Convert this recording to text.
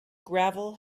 gravel